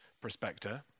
prospector